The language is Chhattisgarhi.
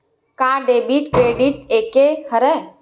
का डेबिट क्रेडिट एके हरय?